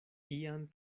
ian